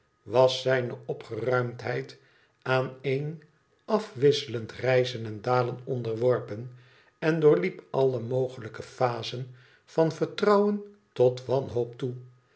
was zijne opgeruimdheid aan een afwisselend rijzen en dalen onderworpen en doorliep alle mogelijke phasen van vertrouwen tot wanhoop toe